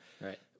Right